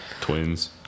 Twins